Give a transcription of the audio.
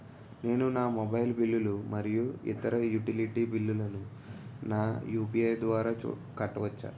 నేను నా మొబైల్ బిల్లులు మరియు ఇతర యుటిలిటీ బిల్లులను నా యు.పి.ఐ యాప్ ద్వారా కట్టవచ్చు